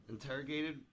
Interrogated